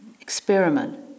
Experiment